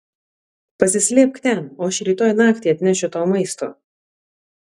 pasislėpk ten o aš rytoj naktį atnešiu tau maisto